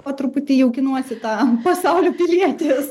po truputį jaukinuosi tą pasaulio pilietis